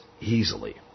easily